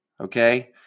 Okay